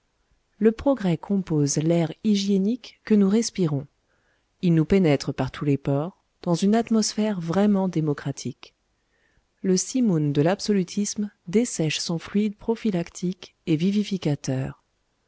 le progrès compose l'air hygiénique que nous respirons il nous pénètre par tous les pores dans une atmosphère vraiment démocratique le simoun de l'absolutisme dessèche son fluide prophylactique et vivificateur